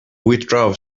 withdraw